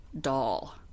doll